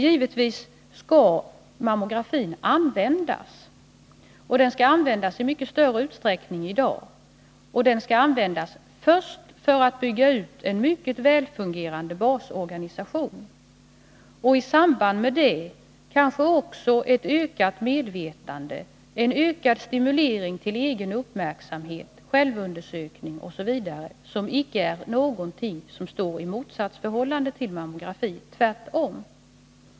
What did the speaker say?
Givetvis skall mammografin användas — den skall användas i mycket större utsträckning än i dag, först och främst för att bygga ut en mycket välfungerande basorganisation. I samband därmed bör vi kanske också försöka stimulera till ökad egen uppmärksamhet, självundersökning osv., något som icke står i motsatsförhållande till mammografi — tvärtom.